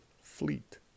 Fleet